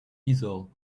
easel